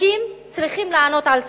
חוקים צריכים לענות על צרכים,